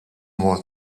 was